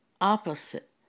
opposite